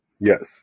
Yes